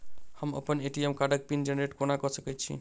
हम अप्पन ए.टी.एम कार्डक पिन जेनरेट कोना कऽ सकैत छी?